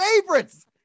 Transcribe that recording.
favorites